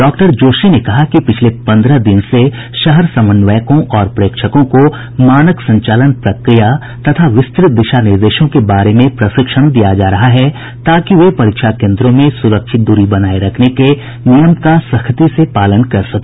श्री जोशी ने कहा कि पिछले पन्द्रह दिन से शहर समन्वयकों और प्रेक्षकों को मानक संचालन प्रक्रिया तथा विस्तृत दिशानिर्देशों के बारे में प्रशिक्षण दिया जा रहा है ताकि वे परीक्षा केन्द्रों में सुरक्षित दूरी बनाए रखने के नियम का सख्ती से पालन कर सके